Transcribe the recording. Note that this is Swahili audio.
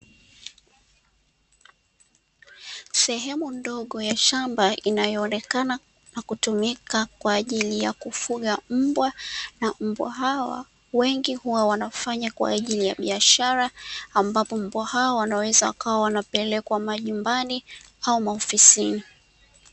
Sehemu ndogo ya shamba inayoonekana na kutumika kwa ajili ya kufuga mbwa, na mbwa hawa, wengi huwa wanafanya kwa ajili ya biashara, ambapo mbwa hawa wanaweza wakawa wanaapelekwa majumbani au maofisini.